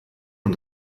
man